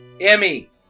Emmy